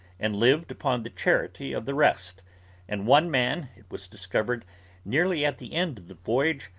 and lived upon the charity of the rest and one man, it was discovered nearly at the end of the voyage,